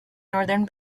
northern